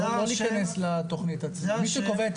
לא ניכנס לתוכנית עצמה.